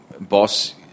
boss